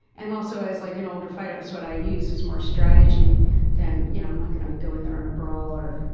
and also, as like an older fighter, that's what i use is more strategy than you know, i'm not going to go in there in a brawl or.